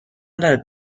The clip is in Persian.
دارد